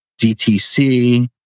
DTC